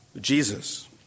Jesus